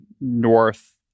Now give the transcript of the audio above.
north